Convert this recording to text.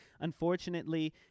unfortunately